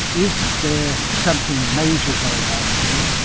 is there something major going on here?